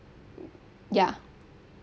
ya